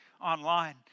online